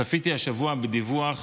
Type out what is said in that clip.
צפיתי השבוע בדיווח